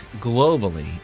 globally